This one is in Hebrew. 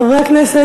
חברי הכנסת,